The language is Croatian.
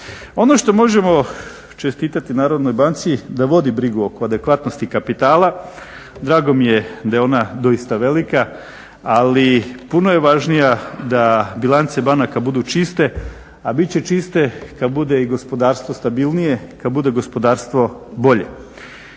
Ono što možemo čestitati Narodnoj banci da vodi brigu oko adekvatnosti kapitala, drago mi je da je ona doista velika ali puno je važnija da bilance banaka budu čiste a bit će čiste kad bude i gospodarstvo stabilnije, kad bude gospodarstvo bolje.